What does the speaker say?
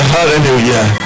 Hallelujah